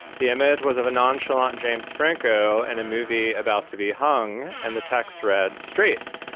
the image was of a nonchalant james franco and a movie about to be hung and the text read straits.